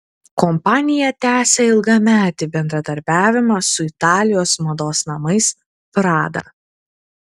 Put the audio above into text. kompanija tęsia ilgametį bendradarbiavimą su italijos mados namais prada